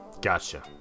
Gotcha